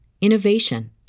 innovation